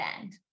end